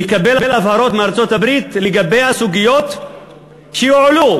יקבל הבהרות מארצות-הברית לגבי הסוגיות שיועלו.